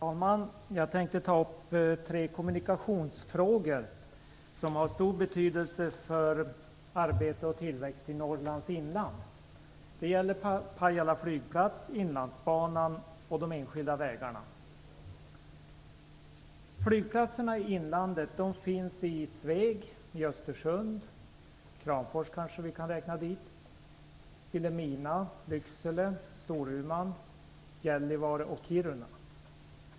Fru talman! Jag skall ta upp tre kommunikationsfrågor, som har stor betydelse för arbete och tillväxt i Norrlands inland. Det gäller Pajala flygplats, Inlandsbanan och de enskilda vägarna. Kramfors, Vilhelmina, Lycksele, Storuman, Gällivare och Kiruna.